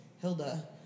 Hilda